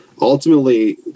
Ultimately